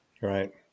Right